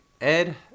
Ed